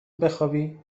بخوابی